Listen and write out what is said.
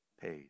paid